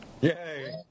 Yay